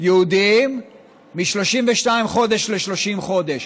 יהודים מ-32 חודש ל-30 חודש?